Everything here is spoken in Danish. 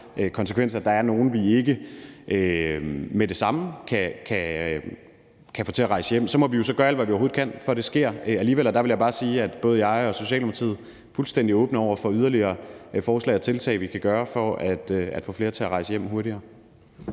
den konsekvens, at der er nogle, vi ikke med det samme kan få til at rejse hjem. Så må vi jo gøre alt, hvad vi overhovedet kan, for at det sker alligevel. Og der vil jeg bare sige, at både jeg og Socialdemokratiet er fuldstændig åbne over for yderligere forslag og tiltag, vi kan gøre, for at få flere til at rejse hjem hurtigere.